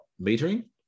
metering